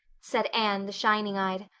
said anne, the shining-eyed.